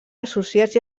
associats